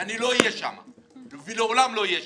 אני לעולם לא אהיה שם.